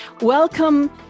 Welcome